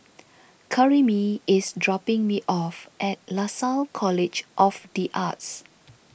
Karyme is dropping me off at Lasalle College of the Arts